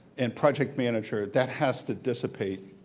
and project manager, that has to dissipate.